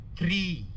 three